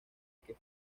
que